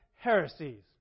heresies